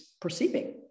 perceiving